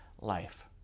life